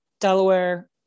Delaware